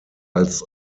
als